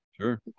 Sure